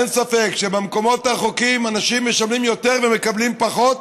אין ספק שבמקומות הרחוקים אנשים משלמים יותר ומקבלים פחות,